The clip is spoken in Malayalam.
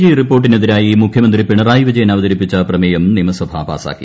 ജി റിപ്പോർട്ടിന് എതിരായി മുഖ്യമന്ത്രി പിണറായി വിജയൻ അവതരിപ്പിച്ച ് പ്രമേയം നിയമസഭ പാസാക്കി